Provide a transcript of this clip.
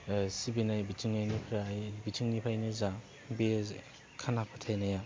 सिबिनाय बिथिंनिफ्राय बिथिंनिफ्रायनो जा बे खाना फोथायनाया